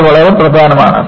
ഇത് വളരെ പ്രധാനമാണ്